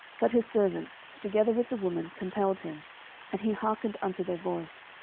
but his servants, together with the woman, compelled him and he hearkened unto their voice.